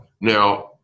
Now